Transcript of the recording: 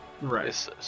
Right